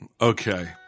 okay